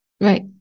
Right